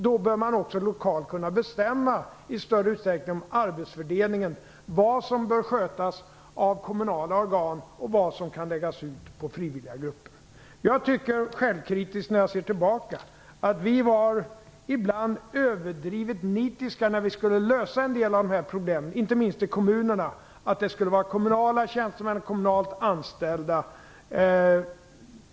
Då bör man också lokalt i större utsträckning kunna bestämma arbetsfördelningen, vad som bör skötas av kommunala organ och vad som kan läggas ut på frivilliga grupper. Jag tycker självkritiskt när jag ser tillbaka att vi ibland var överdrivet nitiska när vi skulle lösa en del av de här problemen, inte minst i kommunerna. Det skulle vara kommunala tjänstemän, kommunalt anställda.